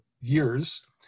years